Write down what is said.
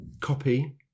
copy